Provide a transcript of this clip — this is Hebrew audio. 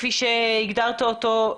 כפי שהגדרת אותו,